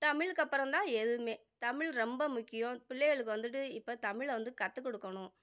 தமிழுக்கு அப்புறம் தான் எதுவுமே தமிழ் ரொம்ப முக்கியம் பிள்ளைகளுக்கு வந்துட்டு இப்போ தமிழை வந்து கற்றுக் கொடுக்கணும்